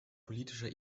politischer